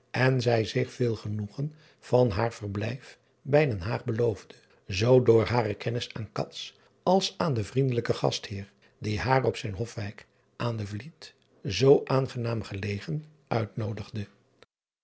en zij zich veel genoegen van haar verblijf bij den aag beloofde zoo door hare kennis aan als aan den vriendelijken gastheer die haar op zijn ofwijk aan de liet zoo aangenaam gelegen uitnoodigde